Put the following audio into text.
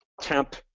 temp